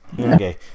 Okay